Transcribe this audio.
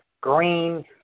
green